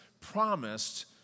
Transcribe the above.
promised